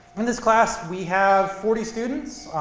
in this class, we have forty students,